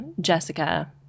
Jessica